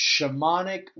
Shamanic